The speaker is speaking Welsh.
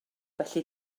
felly